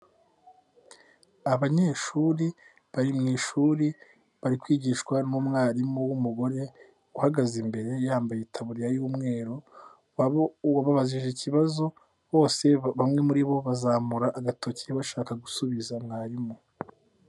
Abanyeshuri bari mu ishuri bari kwigishwa n'umwarimu w'umugore uhagaze imbere y'umweru, waba ubabajije ikibazo, bose bamwe muri bo bazamura agatoki, bashaka gusubiza mwarimu